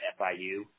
FIU